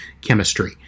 chemistry